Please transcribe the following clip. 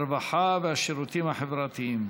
הרווחה והשירותים החברתיים.